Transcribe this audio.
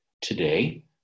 today